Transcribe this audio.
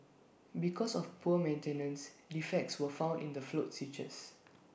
because of poor maintenance defects were found in the float switches